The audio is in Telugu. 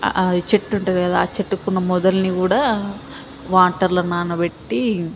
చెట్టు ఉంటది కదా ఆ చెట్టుకున్న మొదలుని కూడా వాటర్లో నానబెట్టి